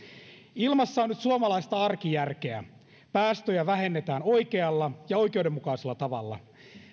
ilmassa on nyt suomalaista arkijärkeä päästöjä vähennetään oikealla ja oikeudenmukaisella tavalla